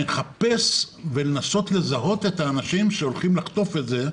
מחפש ומנסה לזהות את האנשים שהולכים לחטוף את זה,